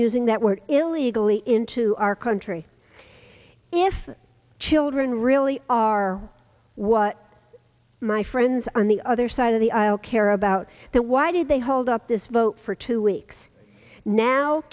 using that word illegally into our country if children really are what my friends on the other side of the aisle care about that why did they hold up this vote for two weeks now